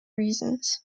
reasons